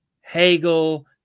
Hegel